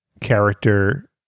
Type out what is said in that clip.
character